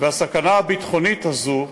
הסכנה הביטחונית הזאת,